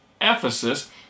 Ephesus